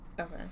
Okay